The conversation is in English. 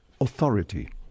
authority